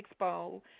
Expo